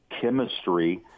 chemistry